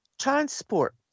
transport